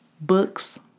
books